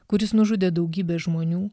kuris nužudė daugybę žmonių